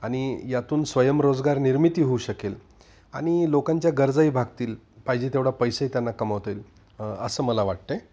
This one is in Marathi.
आणि यातून स्वयंरोजगार निर्मिती होऊ शकेल आणि लोकांच्या गरजाही भागतील पाहिजे तेवढा पैसेही त्यांना कमवता असं मला वाटत आहे